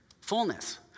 Fullness